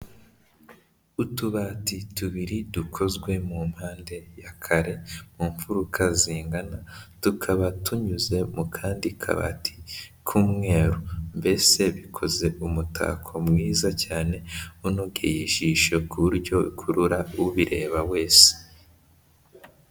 Utubati tubiri dukozwe mu mpande ya kare, mu mfuruka zingana, tukaba tunyuze mu kandi kabati k'umweru mbese bikoze umutako mwiza cyane unogeye ijisho ku buryo bikurura ubireba wese.